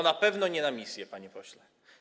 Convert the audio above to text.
Na pewno nie na misję, panie pośle.